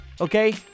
okay